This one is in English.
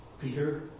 Peter